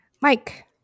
Mike